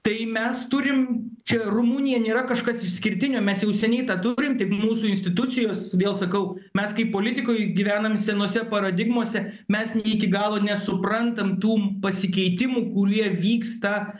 tai mes turim čia rumunija nėra kažkas išskirtinio mes jau seniai tą turim tik mūsų institucijos vėl sakau mes kaip politikoj gyvenam senose paradigmose mes ne iki galo nesuprantam tų pasikeitimų kurie vyksta